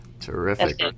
terrific